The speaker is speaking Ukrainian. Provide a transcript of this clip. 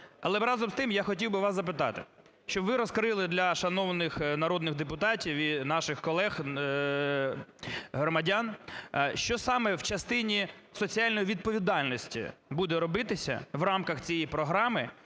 Але разом з тим я хотів би вас запитати, щоб ви розкрили для шановних народних депутатів і наших колег, громадян, що саме в частині соціальної відповідальності буде робитися в рамках цієї програми.